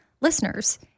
listeners